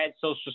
Social